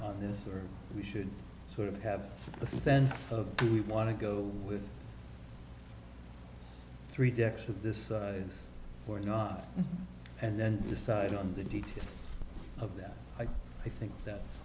on this or we should sort of have a sense of who we want to go with three decks of this or not and then decide on the details of that i think that's